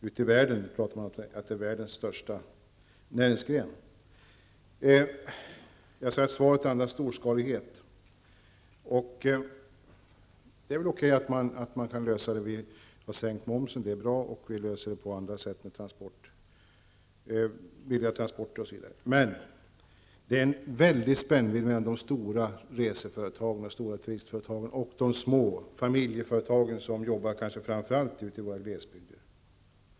Ute i världen säger man att det är världens största näringsgren. Jag sade att svaret andas storskalighet. Det är väl okej att man skall lösa problemen genom en sänkning av momsen, billiga transporter osv. Men det är en väldig spännvidd mellan de stora rese och turistföretagen och de små familjeföretagen, som kanske framför allt arbetar ute i våra glesbygder.